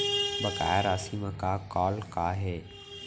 बकाया राशि मा कॉल का हे?